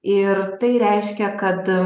ir tai reiškia kad